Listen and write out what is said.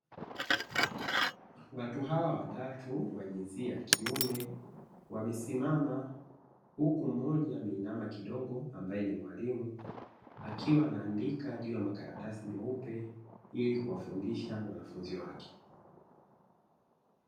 Watu hawa watatu wa jinsia ya kiume wamesimama huku mmoja ameinama kidogo ambaye ni mwalimu akiwa anaandika juu ya makaratasi meupe ili kuwafundisha wanafunzi wake.